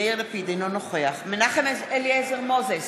אינו נוכח מנחם אליעזר מוזס,